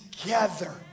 together